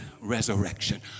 resurrection